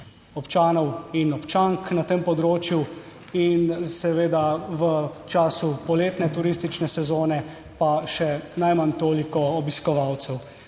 občanov in občank. na tem področju in seveda v času poletne turistične sezone pa še najmanj toliko obiskovalcev,